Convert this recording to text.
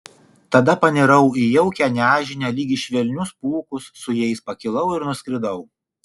tada panirau į jaukią nežinią lyg į švelnius pūkus su jais pakilau ir nuskridau